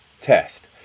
test